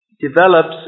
develops